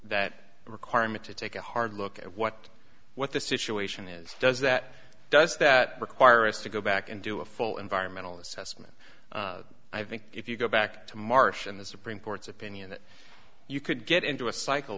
that requirement to take a hard look at what what the situation is does that does that require us to go back and do a full environmental assessment i think if you go back to march in the supreme court's opinion that you could get into a cycle